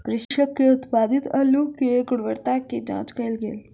कृषक के उत्पादित अल्लु के गुणवत्ता के जांच कएल गेल